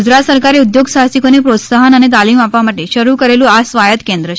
ગુજરાત સરકારે ઉદ્યોગ સાહસિકોને પ્રોત્સાહન અને તાલિમ આપવા માટે શરૂ કરેલું આ સ્વાયત્ત કેન્દ્ર છે